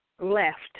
left